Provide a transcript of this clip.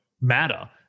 matter